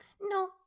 No